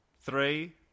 three